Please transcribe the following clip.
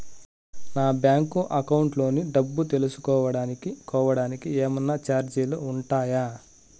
నా bank account లోని డబ్బు తెలుసుకోవడానికి కోవడానికి ఏమన్నా చార్జీలు ఉంటాయా?